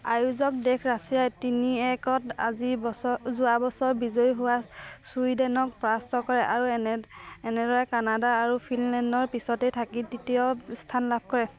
আয়োজক দেশ ৰাছিয়াই তিনি একত আজি বছৰ যোৱা বছৰ বিজয়ী হোৱা ছুইডেনক পৰাস্ত কৰে আৰু এনেদৰে কানাডা আৰু ফিনলেণ্ডৰ পিছতেই থাকি তৃতীয় স্থান লাভ কৰে